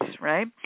right